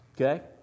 Okay